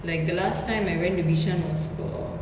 like the last time I went to bishan was for